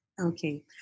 Okay